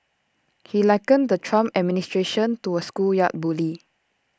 he likened the Trump administration to A schoolyard bully